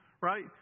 right